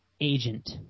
agent